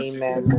Amen